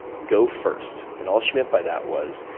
go first. and all she meant by that was,